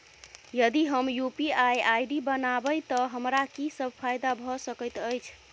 यदि हम UPI ID बनाबै तऽ हमरा की सब फायदा भऽ सकैत अछि?